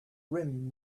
rim